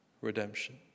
redemption